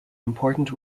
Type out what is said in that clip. important